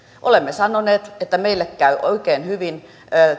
olemme sanoneet että meille käy oikein hyvin